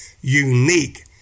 unique